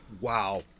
Wow